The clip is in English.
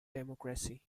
democracy